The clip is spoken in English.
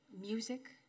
music